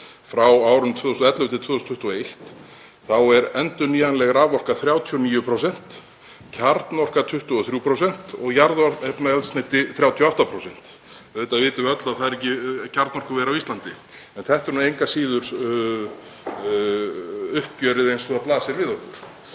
árin 2011–2021 þá er endurnýjanleg raforka 39%, kjarnorka 23% og jarðefnaeldsneyti 38%. Auðvitað vitum við öll að það er ekki kjarnorkuver á Íslandi, en þetta er nú engu að síður uppgjörið eins og það blasir við okkur.